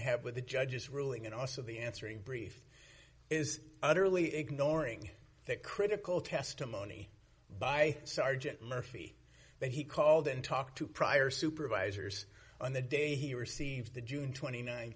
have with the judge's ruling and also the answering brief is utterly ignoring that critical testimony by sergeant murphy that he called and talked to prior supervisors on the day he received the june t